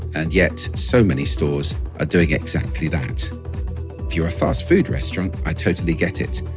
and yet, so many stores are doing exactly that if you're a fast food restaurant, i totally get it.